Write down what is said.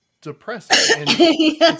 depressing